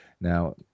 Now